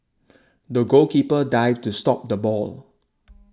the goalkeeper dived to stop the ball